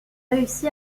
réussi